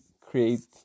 create